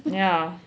yeah